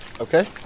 Okay